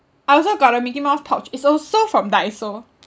I also got a mickey mouse pouch it's also from Daiso